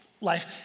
life